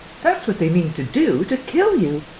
that's what they mean to do, to kill you.